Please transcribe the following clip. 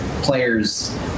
players